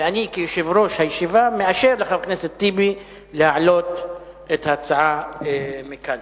ואני כיושב-ראש הישיבה מאשר לחבר הכנסת טיבי להעלות את ההצעה מכאן.